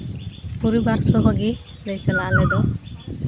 ᱯᱚᱨᱤᱵᱟᱨ ᱥᱚᱦᱚ ᱜᱮᱞᱮ ᱪᱟᱞᱟᱜᱼᱟ ᱟᱞᱮ ᱫᱚ